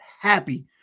happy